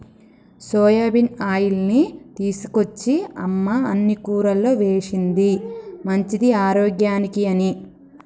soybean ఆయిల్ని తీసుకొచ్చి అమ్మ అన్ని కూరల్లో వేశింది మంచిది ఆరోగ్యానికి అని